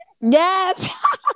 Yes